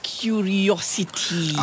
curiosity